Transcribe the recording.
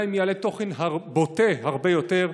גם אם יעלה תוכן בוטה הרבה יותר,